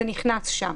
זה נכנס שם.